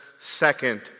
second